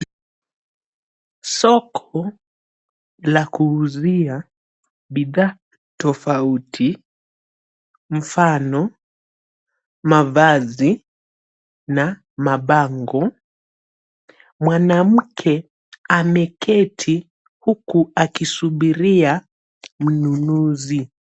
Soko la kuuzia bidhaa tofauti mfano mavazi na mabango mwanamke ameketi huku akisubiria mnunuzi.